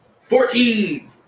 Fourteen